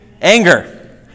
Anger